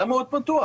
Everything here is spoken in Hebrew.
למה הוא עוד פתוח?